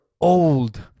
old